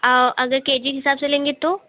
और अगर K G के हिसाब से लेंगे तो